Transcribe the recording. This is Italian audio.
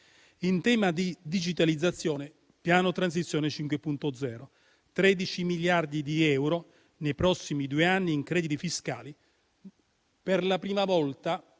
In tema di digitalizzazione, ricordo il Piano transizione 5.0, che vede 13 miliardi di euro nei prossimi due anni in crediti fiscali, per la prima volta,